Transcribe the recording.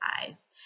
eyes